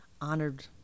honored